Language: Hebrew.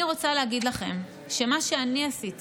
אני רוצה להגיד לכם שמה שאני עשיתי